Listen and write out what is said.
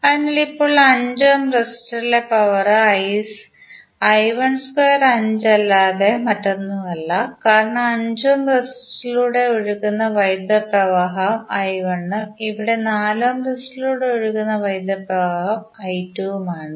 അതിനാൽ ഇപ്പോൾ 5 ഓം റെസിസ്റ്ററിലെ പവർ I12 അല്ലാതെ മറ്റൊന്നുമല്ല കാരണം 5 ഓം റെസിസ്റ്റൻസിലൂടെ ഒഴുകുന്ന വൈദ്യുത പ്രവാഹം I 1 ഉം ഇവിടെ 4 ഓം റെസിസ്റ്റൻസിലൂടെ ഒഴുകുന്ന വൈദ്യുത പ്രവാഹം I2 ഉം ആണ്